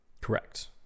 correct